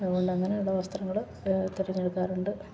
അതുകൊണ്ട് അങ്ങനെ ഉള്ള വസ്ത്രങ്ങൾ തെരഞ്ഞെടുക്കാറുണ്ട്